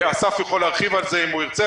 אסף יכול להרחיב על זה, אם הוא ירצה.